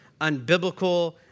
unbiblical